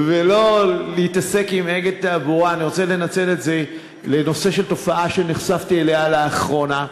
אני רוצה לנצל את זה לנושא של תופעה שנחשפתי אליה לאחרונה.